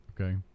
Okay